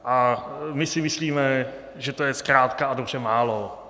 A my si myslíme, že to je zkrátka a dobře málo.